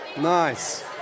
Nice